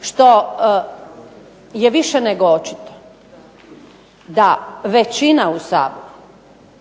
što je više nego očito da većina u Saboru